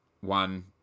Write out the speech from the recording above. one